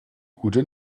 gute